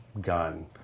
gun